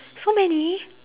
so many